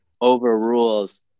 overrules